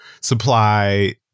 supply